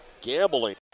gambling